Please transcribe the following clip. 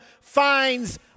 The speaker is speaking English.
finds